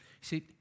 see